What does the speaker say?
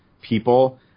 people